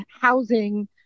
housing